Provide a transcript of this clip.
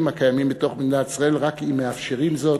הקיימים בתוך מדינת ישראל רק אם מאפשרים זאת